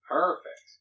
Perfect